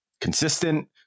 consistent